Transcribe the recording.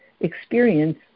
experience